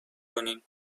کنین